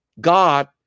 God